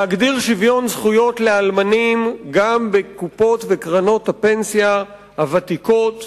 להגדיר שוויון זכויות לאלמנים גם בקופות ובקרנות הפנסיה הוותיקות,